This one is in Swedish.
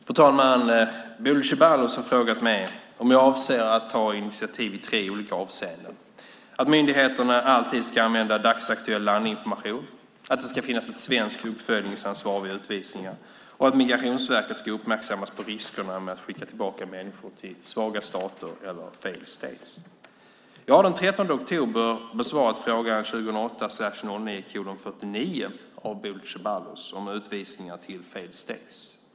Fru talman! Bodil Ceballos har frågat mig om jag avser att ta initiativ i tre olika avseenden: att myndigheterna alltid ska använda dagsaktuell landinformation, att det ska finnas ett svenskt uppföljningsansvar vid utvisningar och att Migrationsverket ska uppmärksammas på riskerna med att skicka tillbaka människor till svaga stater eller failed states. Jag har den 13 oktober besvarat fråga 2008/09:49 av Bodil Ceballos om utvisningar till failed states.